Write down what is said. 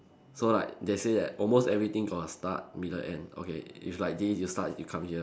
so like they say that almost everything from the start middle end okay it's like this you start you come here